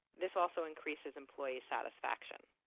this also increases employee satisfaction.